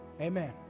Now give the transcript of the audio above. Amen